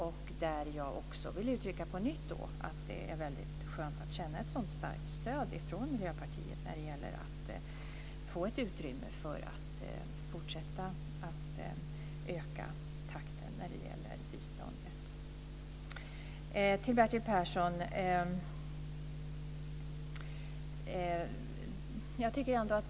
Jag vill också på nytt uttrycka att det är väldigt skönt att känna ett sådant starkt stöd från Miljöpartiet i fråga om att få ett utrymme för att fortsätta att öka takten när det gäller biståndet.